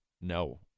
No